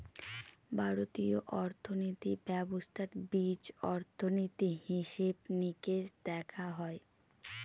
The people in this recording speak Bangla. ভারতীয় অর্থনীতি ব্যবস্থার বীজ অর্থনীতি, হিসেব নিকেশ দেখা হয়